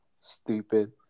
stupid